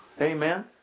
Amen